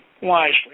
wisely